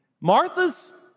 Martha's